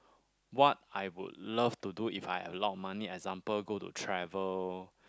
what I would love to do if I have a lot of money example go to travel